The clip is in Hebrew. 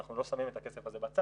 אנחנו לא שמים את הכסף הזה בצד.